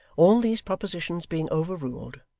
all these propositions being overruled,